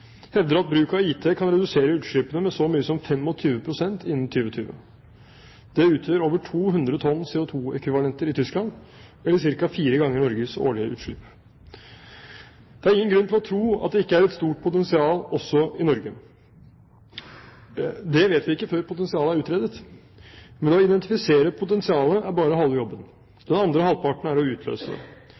hevder at bruk av IT kan redusere utslippene med så mye som 25 pst. innen 2020. Det utgjør over 200 tonn CO2-ekvivalenter i Tyskland, eller ca. fire ganger Norges årlige utslipp. Det er ingen grunn til å tro at det ikke er et stort potensial også i Norge. Det vet vi ikke før potensialet er utredet, men å identifisere et potensial er bare halve jobben. Den andre halvparten er å utløse